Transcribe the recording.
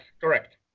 correct